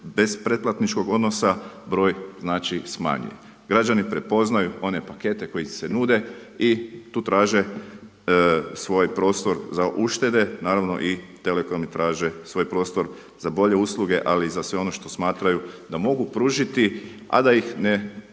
bez pretplatničkog odnosa broj, znači smanjuje. Građani prepoznaju one pakete koji se nude i tu traže svoj prostor za uštede, naravno i telekomi traže svoj prostor za bolje usluge, ali i za sve ono što smatraju da mogu pružiti a da ih